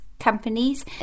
companies